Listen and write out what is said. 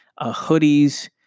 hoodies